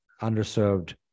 underserved